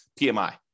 PMI